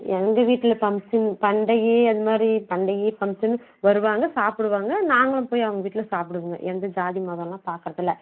எங்கள் வீட்டில் பம்ஷன் பண்டிகி அது மாரி பண்டிகி பங்சன் வருவாங்க சாப்பிடுவாங்க நாங்களும் போய் அவங்க வீட்டில் சாப்பிடுவோங்க எந்த ஜாதி மதம் எல்லாம் பார்க்கறதில்ல